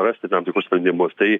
rasti tam tikrus sprendimus tai